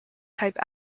type